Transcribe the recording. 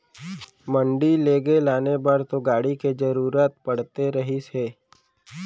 मंडी लेगे लाने बर तो गाड़ी के जरुरत पड़ते रहिस हे